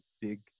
big